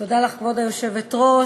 כבוד היושבת-ראש,